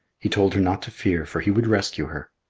he told her not to fear, for he would rescue her.